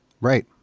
Right